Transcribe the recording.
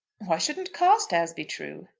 why shouldn't carstairs be true?